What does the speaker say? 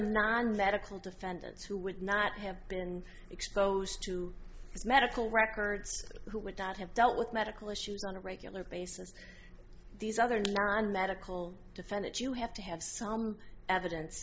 non medical defendants who would not have been exposed to his medical records who would not have dealt with medical issues on a regular basis these other non medical defendant you have to have some evidence